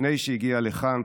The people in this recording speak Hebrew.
לפני שהגיעה לכאן,